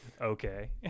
okay